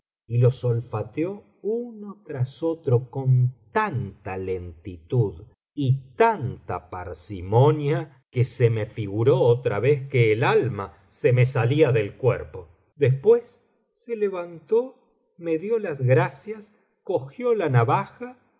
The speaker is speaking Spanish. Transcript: y los olfateó uno tras otro con tanta lentitud y tanta parsimonia que se me figuró otra vez que el alma se me salía del cuerpo después se levantó me dio las gracias cogió la navaja